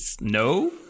No